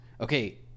Okay